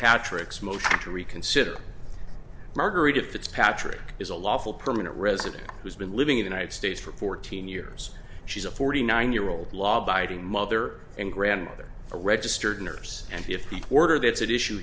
patrick's motion to reconsider margaret if it's patrick is a lawful permanent resident who's been living in a night state for fourteen years she's a forty nine year old law abiding mother and grandmother a registered nurse and if the order that's at issue